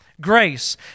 grace